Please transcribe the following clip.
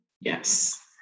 Yes